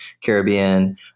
caribbean